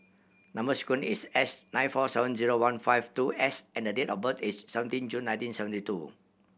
number sequence is S nine four seven zero one five two S and date of birth is seventeen June nineteen seventy two